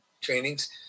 trainings